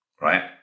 Right